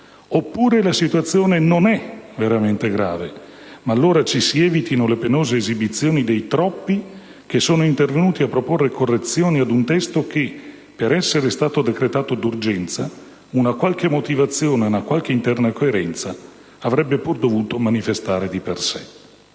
oppure la situazione non è veramente grave: ma allora ci si evitino le penose esibizioni dei troppi che sono intervenuti a proporre correzioni ad un testo che, per essere stato decretato d'urgenza, una qualche motivazione e interna coerenza avrebbe pur dovuto manifestare di per sé.